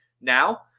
now